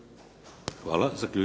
hvala.